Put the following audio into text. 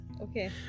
Okay